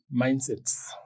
mindsets